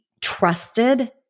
trusted